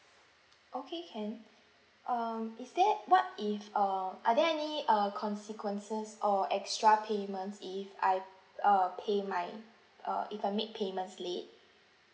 okay can um is there what if err are there any uh consequences or extra payments if I uh pay my uh if I make payments late